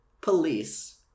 police